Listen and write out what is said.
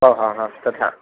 हा हा हा तथा